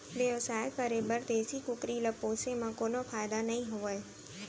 बेवसाय करे बर देसी कुकरी ल पोसे म कोनो फायदा नइ होवय